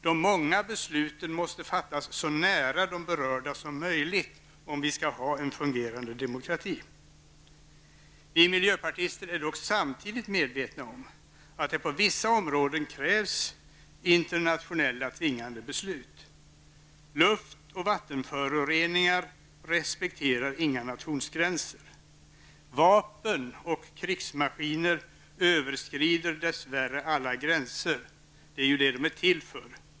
De många besluten måste fattas så nära de berörda som möjligt om vi skall ha en fungerande demokrati. Vi miljöpartister är samtidigt medvetna om att det på vissa områden krävs internationella tvingande beslut. Luft och vattenföroreningar respekterar inga nationsgränser. Vapen och krigsmaskiner överskrider dess värre alla gränser. Det är det de är till för.